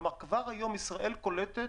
כלומר, כבר היום ישראל קולטת